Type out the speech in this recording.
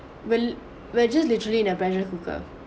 well we're just literally in a pressure cooker